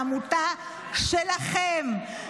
העמותה שלכם,